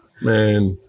Man